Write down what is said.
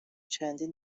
چندین